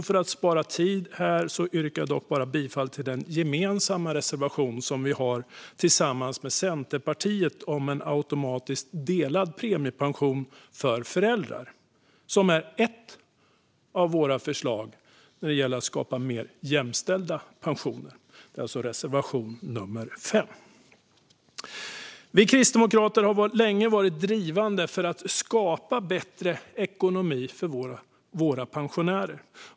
För att spara tid yrkar jag dock bara bifall till den gemensamma reservation som vi har tillsammans med Centerpartiet om en automatiskt delad premiepension för föräldrar, vilket är ett av våra förslag för att skapa mer jämställda pensioner. Det är alltså reservation nummer 5. Vi kristdemokrater har länge varit drivande för att skapa bättre ekonomi för våra pensionärer.